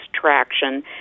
traction